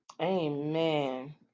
Amen